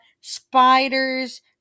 spiders